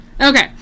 Okay